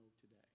today